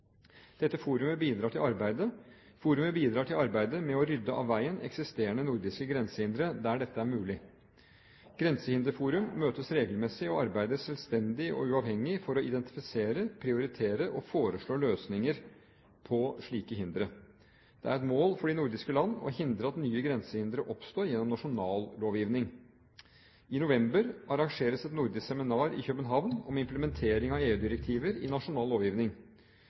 Forumet bidrar til arbeidet med å rydde av veien eksisterende nordiske grensehindre der dette er mulig. Grensehinderforum møtes regelmessig og arbeider selvstendig og uavhengig for å identifisere, prioritere og foreslå løsninger på slike hindre. Det er et mål for de nordiske land å hindre at nye grensehindre oppstår gjennom nasjonal lovgivning. I november arrangeres et nordisk seminar i København om implementering av EU-direktiver i nasjonal lovgivning.